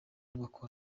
bakora